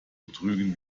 betrügen